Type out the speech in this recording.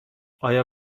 آیا